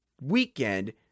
weekend